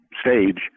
stage